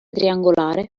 triangolare